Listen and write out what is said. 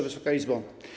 Wysoka Izbo!